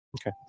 Okay